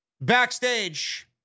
Backstage